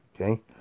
Okay